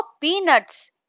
peanuts